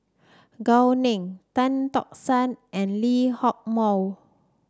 Gao Ning Tan Tock San and Lee Hock Moh